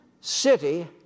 city